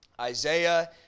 Isaiah